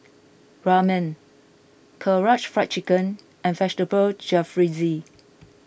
Ramen Karaage Fried Chicken and Vegetable Jalfrezi